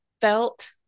felt